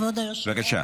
כבוד היושב-ראש,